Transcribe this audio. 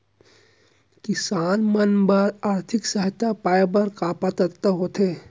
किसान मन बर आर्थिक सहायता पाय बर का पात्रता होथे?